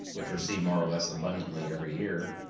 which are seen more or less abundantly every year,